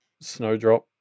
snowdrop